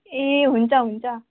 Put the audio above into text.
ए हुन्छ हुन्छ